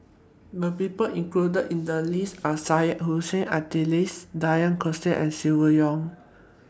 The People included in The list Are Syed Hussein Alatas Denis D'Cotta and Silvia Yong